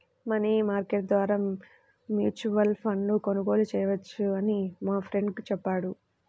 money market ద్వారా mutual ఫండ్ను కొనుగోలు చేయవచ్చని మా ఫ్రెండు చెప్పాడు